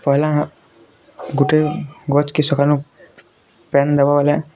ପହେଲା ଗୋଟେ ଗଛ୍କେ କିସ କାଁଣୁ ପାନ୍ ଦେବା ବୋଲେ